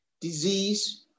disease